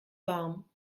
warm